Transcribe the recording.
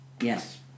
yes